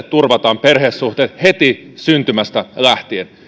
turvataan perhesuhteet heti syntymästä lähtien